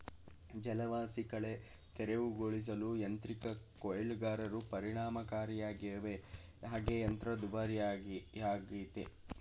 ಜಲವಾಸಿಕಳೆ ತೆರವುಗೊಳಿಸಲು ಯಾಂತ್ರಿಕ ಕೊಯ್ಲುಗಾರರು ಪರಿಣಾಮಕಾರಿಯಾಗವೆ ಹಾಗೆ ಯಂತ್ರ ದುಬಾರಿಯಾಗಯ್ತೆ